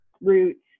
roots